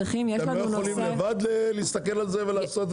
אתם לא יכולים לבד להסתכל על זה, צו פניות?